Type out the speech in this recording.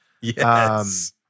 Yes